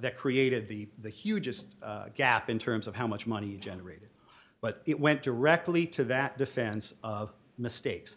that created the the hugest gap in terms of how much money generated but it went directly to that defense of mistakes